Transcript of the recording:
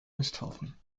misthaufen